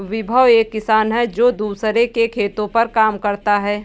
विभव एक किसान है जो दूसरों के खेतो पर काम करता है